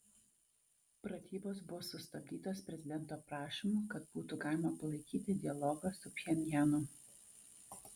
pratybos buvo sustabdytos prezidento prašymu kad būtų galima palaikyti dialogą su pchenjanu